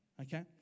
Okay